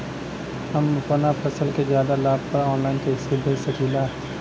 हम अपना फसल के ज्यादा लाभ पर ऑनलाइन कइसे बेच सकीला?